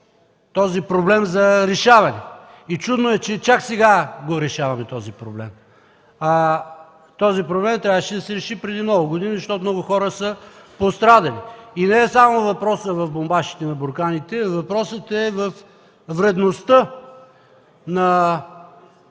този проблем за решаване? Чудно е, че чак сега решаваме този проблем. Той трябваше да се реши преди много години, защото много хора са пострадали. Не е само въпросът в бомбажите на бурканите, а във вредността на